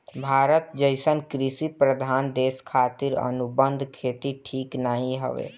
भारत जइसन कृषि प्रधान देश खातिर अनुबंध खेती ठीक नाइ हवे